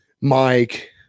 mike